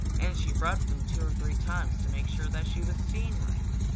and she rubbed them two or three times to make sure that she was seeing right.